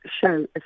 Show